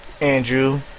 Andrew